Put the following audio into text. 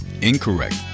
incorrect